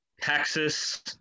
Texas